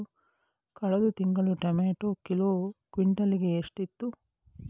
ಕಳೆದ ತಿಂಗಳು ಟೊಮ್ಯಾಟೋ ಬೆಲೆ ಕ್ವಿಂಟಾಲ್ ಗೆ ಎಷ್ಟಿತ್ತು?